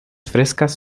frescas